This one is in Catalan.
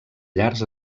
llars